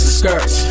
skirts